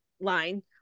line